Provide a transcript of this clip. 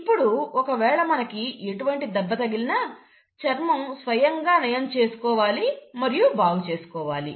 ఇప్పుడు ఒకవేళ మనకి ఎటువంటి దెబ్బ తగిలినా చర్మము స్వయంగా నయం చేసుకోవాలి మరియు బాగు చేసుకోవాలి